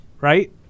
Right